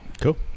Cool